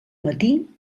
matí